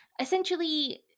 essentially